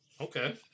Okay